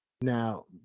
Now